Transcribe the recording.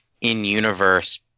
in-universe